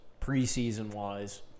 preseason-wise